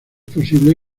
posible